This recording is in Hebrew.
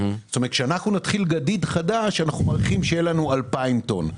כלומר כשאנחנו נתחיל גדיד חדש אנחנו מעריכים שיהיה לנו 2,000 טון.